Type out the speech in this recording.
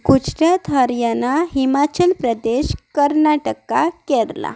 Gujarat Haryana Himachal Pradesh Karnataka Kerala